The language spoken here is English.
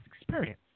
experience